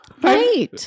Right